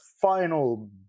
final